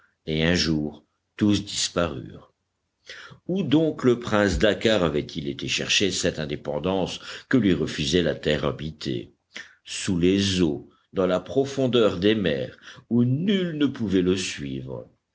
et un jour tous disparurent où donc le prince dakkar avait-il été chercher cette indépendance que lui refusait la terre habitée sous les eaux dans la profondeur des mers où nul ne pouvait le suivre